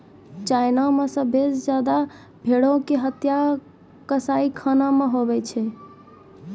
China मे सभ्भे से ज्यादा भेड़ो के हत्या कसाईखाना मे होय छै